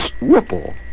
Whipple